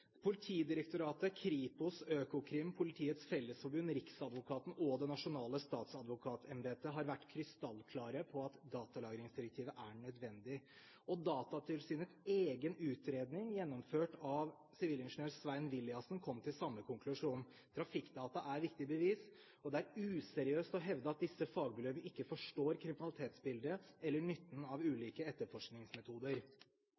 Politidirektoratet, Kripos, Økokrim, Politiets Fellesforbund, riksadvokaten og Det nasjonale statsadvokatembetet har vært krystallklare på at datalagringsdirektivet er nødvendig. Datatilsynets egen utredning gjennomført av sivilingeniør Svein Y. Willassen kom til samme konklusjon. Trafikkdata er viktige bevis, og det er useriøst å hevde at disse fagmiljøene ikke forstår kriminalitetsbildet eller nytten av